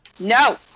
No